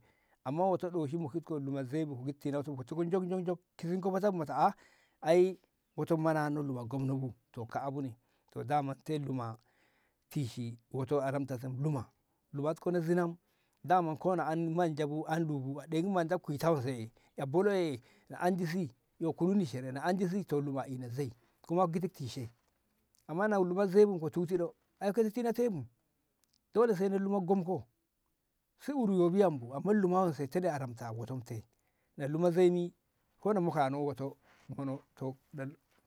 amma wo'oto ɗoshi mokit ko luma zai bu ka tika jug jug jug kizi ko fata bu mata ah ai wo'oto manano luma gomno bu to shine to daman te luma tishi a ramte luma na ka watko yo zina daman ko na an manja bu dai ko an lu bu ɗoi ki manda ki kuita ƴa boloye ana andi si to kununi kenan luma a ina zoi kuma ki giti tishe amma na luma zai bu ka titi ɗo dole sai luma gomko si lu yobi yam bu amma luma wonse te ne a ramta biye wo'oton te na luma zaimi ko na mokano wo'oto mono to na.